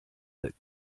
that